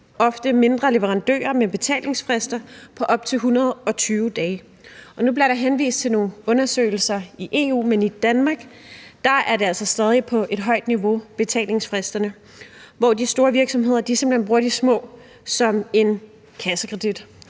og mindre leverandører med betalingsfrister på op til 120 dage. Nu bliver der henvist til nogle undersøgelser i EU, men i Danmark er det altså stadig på et højt niveau i forhold til betalingsfristerne, hvor de store virksomheder simpelt hen bruger de små som en kassekredit,